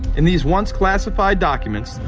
in these once classified documents,